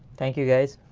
thank you guys.